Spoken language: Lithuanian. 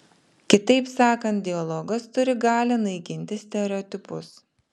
kitaip sakant dialogas turi galią naikinti stereotipus